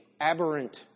aberrant